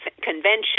Convention